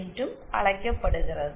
என்றும் அழைக்கப்படுகிறது